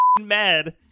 mad